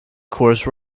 course